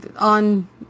on